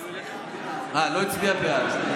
הוא לא הצביע בעד.